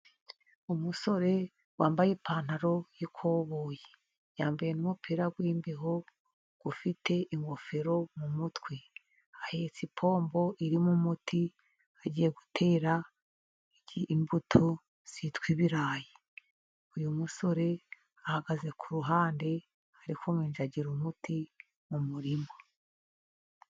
Umusore wambaye ipantaro y'ikoboyi, yambaye n'umupira w'imbeho ufite ingofero mu mutwe, ahetse ipombo irimo umuti agiye gutera imbuto yitwa ibirayi, uyu musore ahagaze k'uruhande ari kuminjagira umuti mu murima.